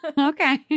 okay